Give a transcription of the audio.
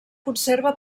conserva